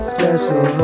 Special